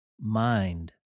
mind